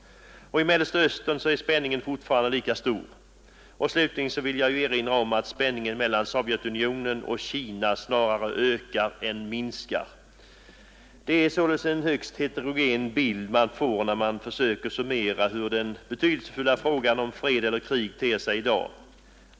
I Mellersta Östern är spänningen fortfarande lika stor. Slutligen vill jag erinra om att spänningen mellan Sovjetunionen och Kina snarare ökar än minskar. Det är således en högst heterogen bild man får när man försöker summera hur den betydelsefulla frågan om fred eller krig ter sig i dag.